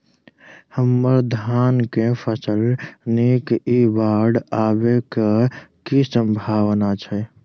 हम्मर धान केँ फसल नीक इ बाढ़ आबै कऽ की सम्भावना छै?